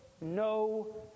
no